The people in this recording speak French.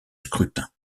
scrutin